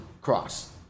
cross